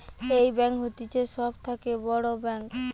এই ব্যাঙ্ক হতিছে সব থাকে বড় ব্যাঙ্ক